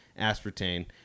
aspartame